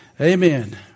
Amen